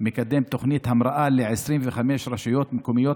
מקדם תוכנית המראה ל-25 רשויות מקומיות